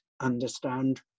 understand